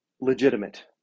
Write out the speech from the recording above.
legitimate